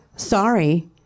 Sorry